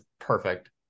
perfect